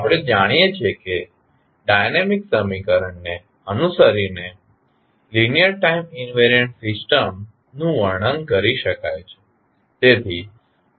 તેથી આપણે જાણીએ છીએ કે ડાયનેમિક સમીકરણ ને અનુસરીને લીનીઅર ટાઇમ ઇન્વેરિયન્ટ સિસ્ટમ નું વર્ણન કરી શકાય છે